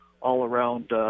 all-around